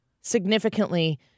significantly